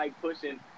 pushing